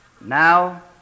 Now